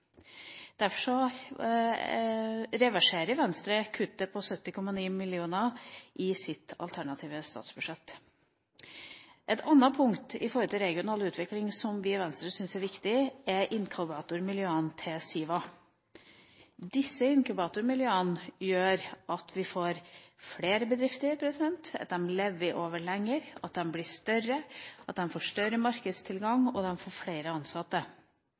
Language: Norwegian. Derfor reverserer Venstre kuttet på 70,9 mill. kr i sitt alternative statsbudsjett. Et annet punkt når det gjelder regional utvikling som vi i Venstre syns er viktig, er inkubatormiljøene til SIVA. Disse inkubatormiljøene gjør at vi får flere bedrifter, at de overlever lenger, at de blir større, at de får større markedstilgang, og at de får flere ansatte.